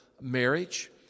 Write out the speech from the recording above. marriage